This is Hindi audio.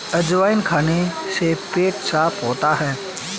अजवाइन खाने से पेट साफ़ होता है